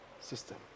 system